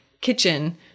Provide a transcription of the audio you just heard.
kitchen